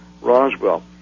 Roswell